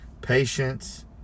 patience